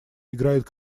играет